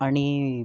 आणि